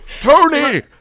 tony